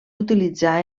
utilitzar